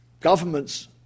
governments